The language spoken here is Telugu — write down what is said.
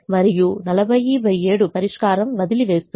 మరియు 407 పరిష్కారం వదిలివేస్తుంది